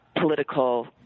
political